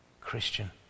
Christian